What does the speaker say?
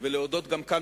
ולהודות גם כאן,